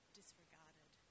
disregarded